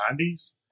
90s